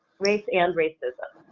race and racism.